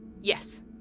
yes